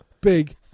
big